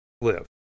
live